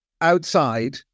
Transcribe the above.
outside